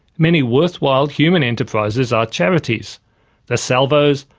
many worthwhile human enterprises are charities the salvos,